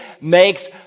makes